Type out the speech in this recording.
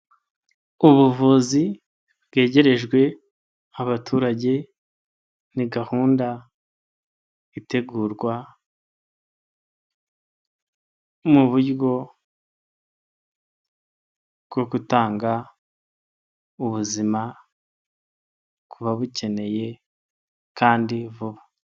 Ubuvuzi bwegerejwe abaturage ni gahunda itegurwa mu buryo bwo gutanga ubuzima kubabukeneye kandi vuba.